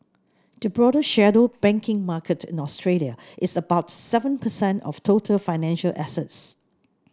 the broader shadow banking market in Australia is about seven percent of total financial assets